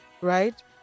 right